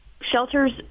shelters